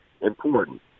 important